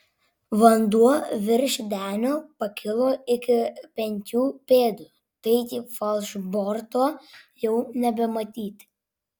vanduo virš denio pakilo iki penkių pėdų taigi falšborto jau nebematyti